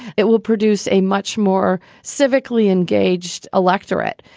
it will produce a much more civically engaged electorate.